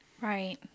Right